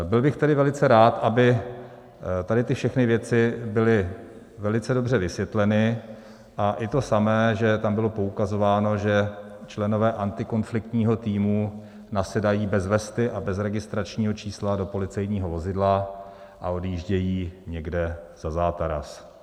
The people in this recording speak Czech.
Byl bych tedy velice rád, aby tady ty všechny věci byly velice dobře vysvětleny, a i to samé, že tam bylo poukazováno, že členové antikonfliktního týmu nasedají bez vesty a bez registračního čísla do policejního vozidla a odjíždějí někde za zátaras.